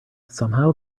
somehow